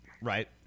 Right